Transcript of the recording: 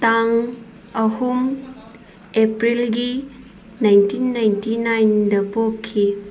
ꯇꯥꯡ ꯑꯍꯨꯝ ꯑꯦꯄ꯭ꯔꯤꯜꯒꯤ ꯅꯥꯏꯟꯇꯤꯟ ꯅꯥꯏꯟꯇꯤ ꯅꯥꯏꯟꯗ ꯄꯣꯛꯈꯤ